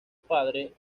padre